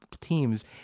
teams